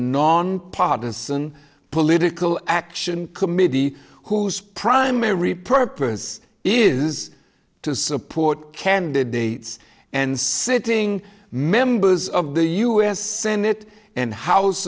nonpartisan political action committee whose primary purpose is to support candidates and sitting members of the us senate and house